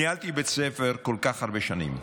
ניהלתי בית ספר כל כך הרבה שנים.